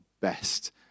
best